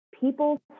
people